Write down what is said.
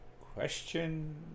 question